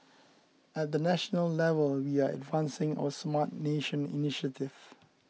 at the national level we are advancing our Smart Nation initiative